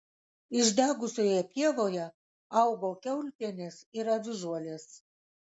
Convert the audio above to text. išdegusioje pievoje augo kiaulpienės ir avižuolės